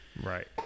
right